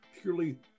purely